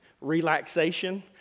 Relaxation